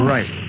Right